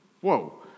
Whoa